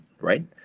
Right